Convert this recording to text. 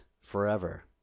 forever